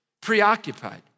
preoccupied